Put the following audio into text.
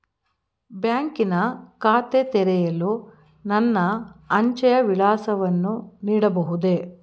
ಬ್ಯಾಂಕಿನ ಖಾತೆ ತೆರೆಯಲು ನನ್ನ ಅಂಚೆಯ ವಿಳಾಸವನ್ನು ನೀಡಬಹುದೇ?